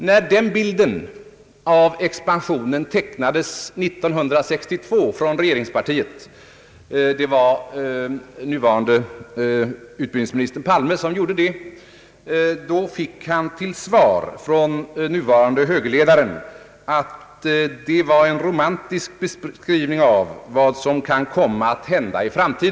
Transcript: När den bilden av expansionen 1962 tecknades från regeringspartiets sida — det var nuvarande utbildningsminister Palme som gjorde det — fick han till svar från den nuvarande högerledaren, att det var en romantisk beskrivning av vad som kunde komma att hända i framtiden.